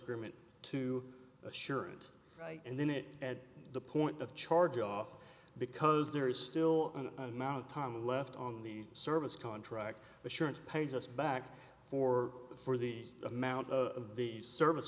agreement to assure it right and then it at the point of charge off because there is still an amount of time left on the service contract assurance pays us back for the for the amount of the service